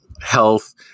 health